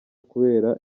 kubera